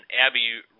Abby